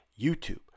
YouTube